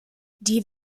die